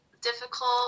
difficult